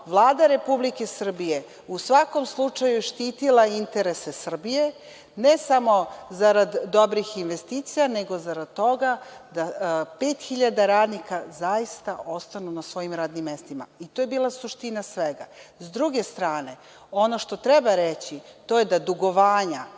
Vlada Republike Srbije je u svakom slučaju štitila interese Srbije, ne samo zarad dobrih investicija, nego zarad toga da pet hiljada radnika zaista ostanu na svojim radnim mestima. I to je bila suština svega.S druge strane, ono što treba reći, to je da dugovanja